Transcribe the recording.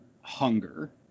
hunger